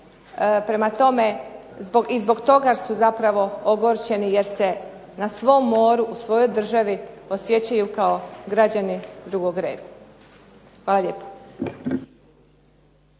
Prema tome, i zbog toga su zapravo ogorčeni jer se na svom moru, u svojoj državi osjećaju kao građani drugog reda. Hvala lijepo.